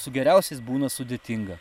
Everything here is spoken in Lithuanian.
su geriausiais būna sudėtinga